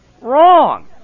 wrong